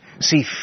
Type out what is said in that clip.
See